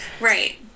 Right